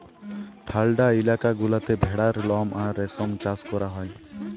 ঠাল্ডা ইলাকা গুলাতে ভেড়ার লম আর রেশম চাষ ক্যরা হ্যয়